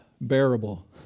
bearable